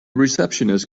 receptionist